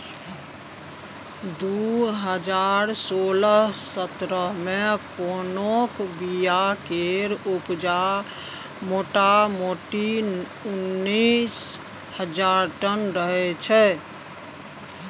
दु हजार सोलह सतरह मे कोकोक बीया केर उपजा मोटामोटी उन्नैस हजार टन रहय